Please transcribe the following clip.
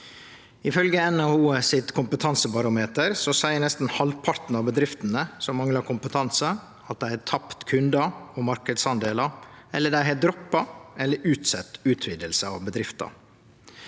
Ifølgje NHO sitt kompetansebarometer seier nesten halvparten av bedriftene som manglar kompetanse, at dei har tapt kundar og marknadsandelar, eller at dei har droppa eller utsett utviding av be